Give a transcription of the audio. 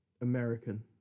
American